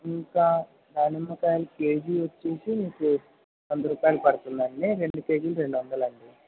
ఇంకా దానిమ్మకాయలు కేజీ వచ్చి మీకు వంద రూపాయలు పడుతుంది అండి రెండు కేజీలు రెండు వందలు అండి